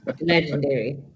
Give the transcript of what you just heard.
Legendary